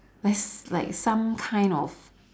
like some kind of